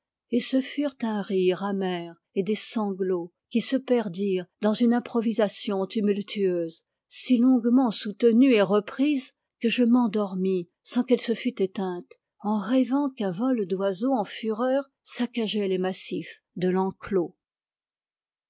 et ce furent un rire amer et des sanglots qui se perdirent dans une improvisation tumultueuse si longuement soutenue et reprise que je m'endormis sans qu'elle se fût éteinte en rêvant qu'un vol d'oiseaux en fureur saccageait les massifs de l'enclos